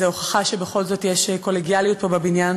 זו הוכחה שבכל זאת יש קולגיאליות פה בבניין,